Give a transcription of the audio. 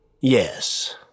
Yes